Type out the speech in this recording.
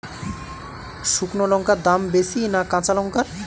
শুক্নো লঙ্কার দাম বেশি না কাঁচা লঙ্কার?